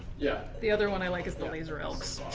yeah. the other one i like is the laser elks.